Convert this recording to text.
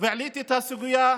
והעליתי את הסוגיה,